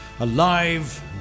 Alive